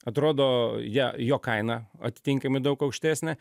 atrodo ja jo kaina atitinkamai daug aukštesnė